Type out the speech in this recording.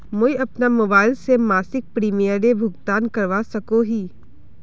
मुई अपना मोबाईल से मासिक प्रीमियमेर भुगतान करवा सकोहो ही?